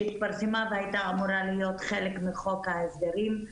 שהתפרסמה והייתה אמורה להיות חלק מחוק ההסדרים.